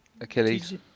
Achilles